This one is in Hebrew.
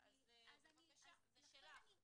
בבקשה, זה שלך.